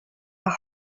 are